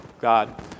God